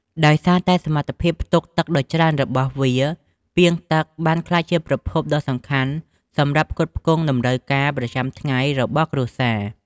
ដោយសារតែសមត្ថភាពផ្ទុកទឹកដ៏ច្រើនរបស់វា ពាងទឹកបានក្លាយជាប្រភពទឹកដ៏សំខាន់សម្រាប់ផ្គត់ផ្គង់តម្រូវការប្រចាំថ្ងៃរបស់គ្រួសារ។